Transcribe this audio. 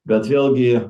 bet vėlgi